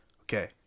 Okay